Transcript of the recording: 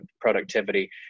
productivity